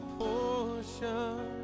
portion